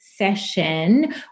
session